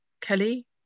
Kelly